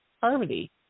Harmony